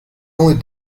only